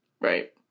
Right